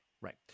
Right